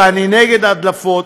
ואני נגד הדלפות,